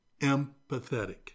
empathetic